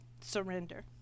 surrender